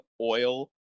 oil